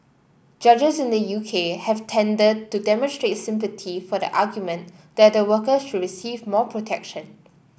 judges in the U K have tended to demonstrate sympathy for the argument that the workers should receive more protection